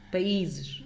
Países